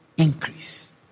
Increase